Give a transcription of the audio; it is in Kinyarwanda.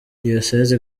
diyosezi